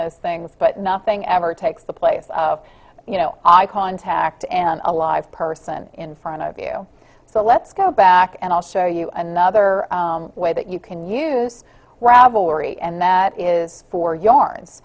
those things but nothing ever takes the place of you know i contact and a live person in front of you so let's go back and i'll show you another way that you can use ravelry and that is for